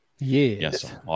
yes